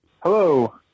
Hello